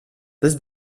this